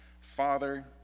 Father